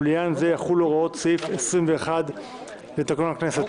ולעניין זה יחולו הוראות סעיף 21 לתקנון הכנסת.